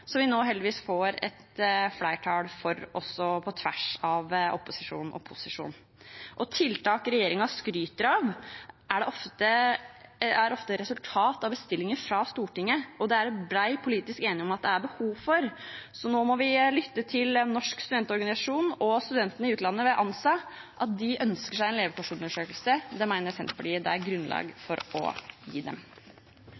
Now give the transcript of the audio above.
vi nå heldigvis får et flertall for også på tvers av opposisjon og posisjon. Tiltak regjeringen skryter av, er ofte resultat av bestillinger fra Stortinget og det det er bred politisk enighet om at det er behov for. Så nå må vi lytte til Norsk studentorganisasjon og studentene i utlandet, ved ANSA, som ønsker seg en levekårsundersøkelse. Det mener Senterpartiet det er grunnlag